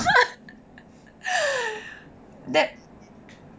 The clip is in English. that